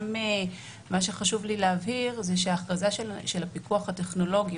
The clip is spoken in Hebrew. גם מה שחשוב לי להבהיר זה שההכרזה של הפיקוח הטכנולוגי,